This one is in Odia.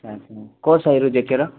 ଆଚ୍ଛା ଆଚ୍ଛା କେଉଁ ସାହିରୁ ଯେକେର